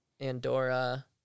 Andorra